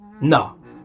No